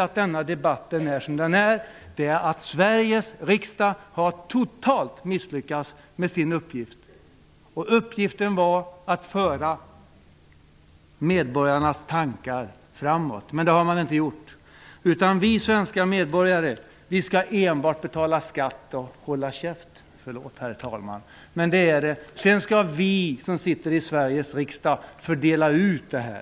Att denna debatt är som den är, beror på att Sveriges riksdag totalt har misslyckats med sin uppgift. Uppgiften var att föra medborgarnas tankar framåt. Men det har man inte gjort, utan vi svenska medborgare skall enbart betala skatt och hålla käft -- förlåt, herr talman! Sedan skall vi som sitter i Sveriges riksdag fördela skattepengarna.